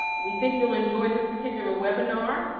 we think you'll enjoy this particular webinar.